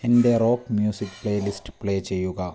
എന്റെ rock music playlist play ചെയ്യുക